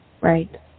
Right